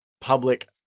public